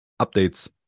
updates